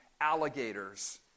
alligators